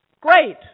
Great